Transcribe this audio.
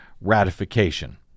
ratification